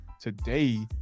today